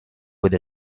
with